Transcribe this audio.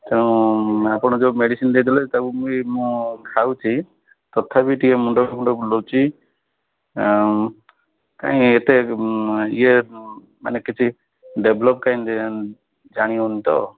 ତେଣୁ ଆପଣ ଯେଉଁ ମେଡ଼ିସିନ୍ ଦେଇଥିଲେ ତାକୁ ମୁଁ ଖାଉଛି ତଥାପି ଟିକେ ମୁଣ୍ଡ ଫୁଣ୍ଡ ବୁଲାଉଛି ଆଉ କାଇଁ ଏତେ ଇଏ ମାନେ କିଛି ଡେଭଲପ୍ କାହିଁ ଜାଣି ହେଉନି ତ